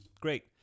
Great